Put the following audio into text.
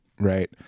Right